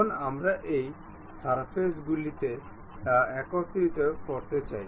এখন আমরা এই সারফেসতলগুলি একত্রিত করতে চাই